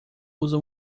usa